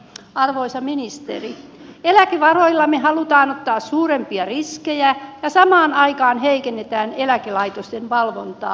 arvoisa ministeri eläkevaroillamme halutaan ottaa suurempia riskejä ja samaan aikaan heikennetään eläkelaitosten valvontaa